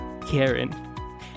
Karen